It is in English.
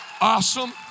Awesome